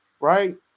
right